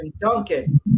Duncan